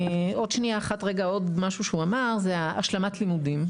עוד משהו שאמר זה ההשלמת לימודים.